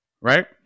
right